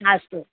अस्तु